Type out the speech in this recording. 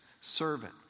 servant